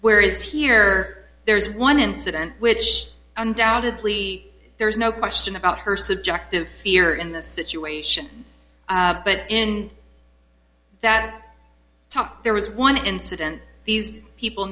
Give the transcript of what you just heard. where is here there is one incident which undoubtedly there is no question about her subjective fear in the situation but in that there was one incident these people